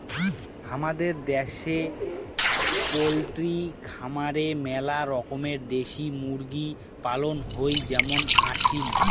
হামাদের দ্যাশে পোলট্রি খামারে মেলা রকমের দেশি মুরগি পালন হই যেমন আসিল